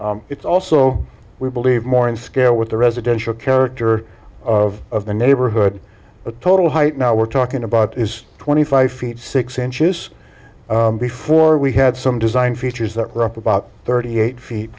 roof it's also we believe more in scale with the residential character of the neighborhood a total height now we're talking about is twenty five feet six inches before we had some design features that rough about thirty eight feet